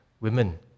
women